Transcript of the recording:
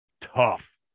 tough